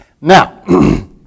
Now